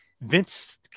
Vince